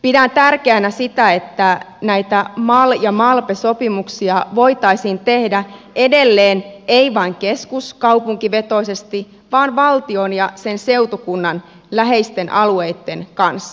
pidän tärkeänä sitä että näitä mal ja malpe sopimuksia voitaisiin tehdä edelleen ei vain keskuskaupunkivetoisesti vaan valtion ja sen seutukunnan läheisten alueitten kanssa